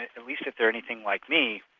at least if they're anything like me,